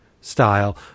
style